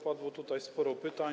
Padło tutaj sporo pytań.